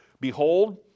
Behold